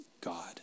God